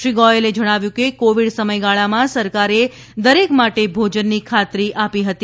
શ્રી ગોયલે જણાવ્યું કે કોવિડ સમયગાળામાં સરકારે દરેક માટે ભોજનની ખાતરી આપી હતી